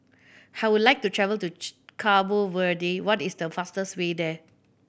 I would like to travel to Cabo Verde what is the fastest way there